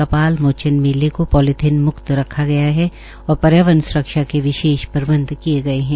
कपाल मोचन मेला को पोलीथीन मुक्त रखा गया है और पर्यावरण स्रक्षा के विशेष प्रबंध किए गए हैं